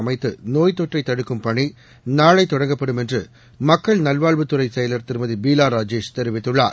அமைத்துநோய் தொற்றைதடுக்கும் பணிநாளைதொடங்கப்படும் என்றுமக்கள் நல்வாழ்வுத் துறைசெயலர் திருமதிபீலாராஜேஷ் தெரிவித்துள்ளார்